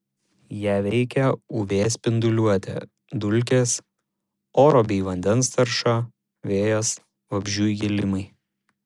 ją veikia uv spinduliuotė dulkės oro bei vandens tarša vėjas vabzdžių įgėlimai